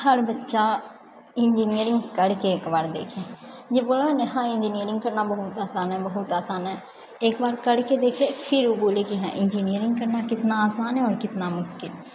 हर बच्चा इंजीनियरिंग करके एकबार देखे जे बोलै है नहि हँ इंजीनियरिंग करना बहुत आसान है बहुत आसान है एकबार करके देखे फिर ओ बोले की हँ इंजीनियरिंग करना कितना आसान है आओर कितना मस्किल